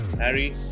Harry